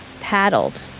paddled